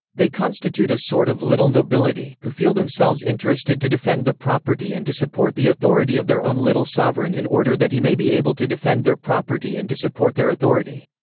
they constitute a sort of little nobility, who feel themselves interested to defend the property and to support the authority of their own little sovereign in order that he may be able to defend their property and to support their authority.